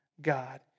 God